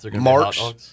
March